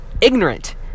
ignorant